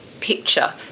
picture